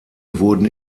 wurden